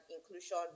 inclusion